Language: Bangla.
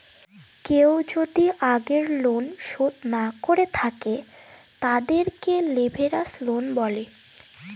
কেউ যদি আগের লোন শোধ না করে থাকে, তাদেরকে লেভেরাজ লোন বলে